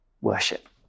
worship